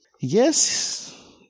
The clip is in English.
Yes